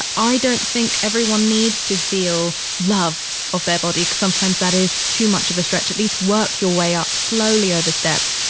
i don't think everyone needs to feel love of their body, cause sometimes that is too much of a stretch. at least work your way up slowly over steps.